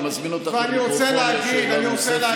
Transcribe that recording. אני מזמין אותך למיקרופון לשאלה נוספת,